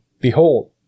Behold